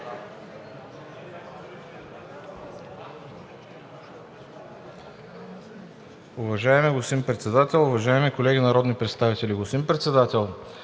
Уважаеми господин Председател, уважаеми колеги народни представители! Господин Председател,